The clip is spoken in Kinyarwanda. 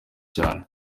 cane